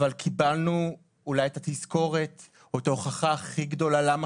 אבל קיבלנו אולי את התזכורת או את ההוכחה הכי גדולה למה